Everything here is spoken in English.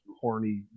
horny